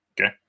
Okay